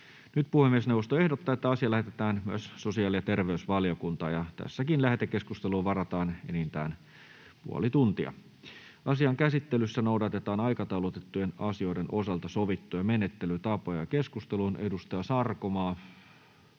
Puhemiesneuvosto ehdottaa, että asia lähetetään sosiaali- ja terveysvaliokuntaan. Lähetekeskusteluun varataan enintään puoli tuntia. Asian käsittelyssä noudatetaan aikataulutettujen asioiden osalta sovittuja menettelytapoja. Keskusteluun. Edustaja Sarkomaa,